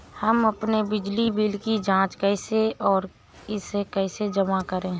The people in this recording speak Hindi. हम अपने बिजली बिल की जाँच कैसे और इसे कैसे जमा करें?